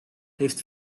heeft